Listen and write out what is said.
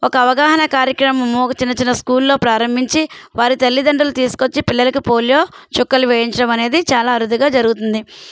ఒక అవగాహన కార్యక్రమము ఒక చిన్న చిన్న స్కూల్లో ప్రారంభించి వారి తల్లిదండ్రులు తీసుకొచ్చి పిల్లలకు పోలియో చుక్కలు వేయించడమనేది చాలా అరుదుగా జరుగుతుంది